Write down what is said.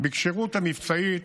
בכשירות המבצעית